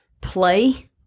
play